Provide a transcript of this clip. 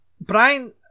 Brian